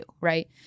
right